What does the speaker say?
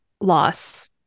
loss